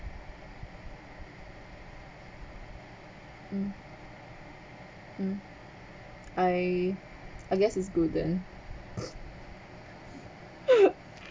mm mm I I guess it's good then